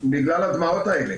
בגלל הדמעות האלה.